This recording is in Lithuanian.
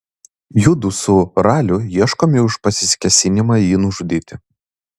judu su raliu ieškomi už pasikėsinimą jį nužudyti